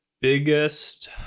biggest